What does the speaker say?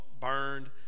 burned